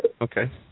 Okay